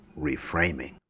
reframing